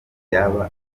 yaba